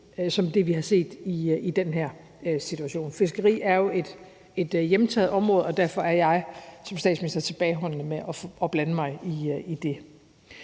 som det, vi har set i den her situation. Fiskeri er jo et hjemtaget område, og derfor er jeg som statsminister tilbageholdende med at blande mig i det.